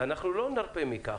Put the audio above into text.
ואנחנו לא נרפה מכך.